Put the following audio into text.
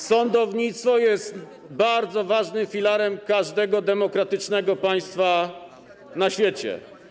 Sądownictwo jest bardzo ważnym filarem każdego demokratycznego państwa na świecie.